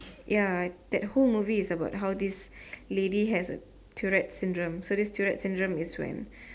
ya that whole movie is about how this lady has Tourette syndrome so this Tourette syndrome is when